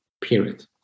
period